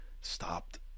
stopped